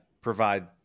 provide